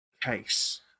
case